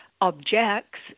objects